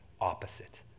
opposite